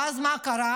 אז מה קרה?